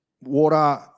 water